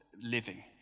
living